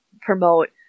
promote